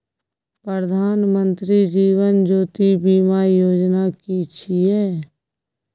प्रधानमंत्री जीवन ज्योति बीमा योजना कि छिए?